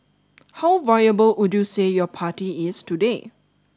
how viable would you say your party is today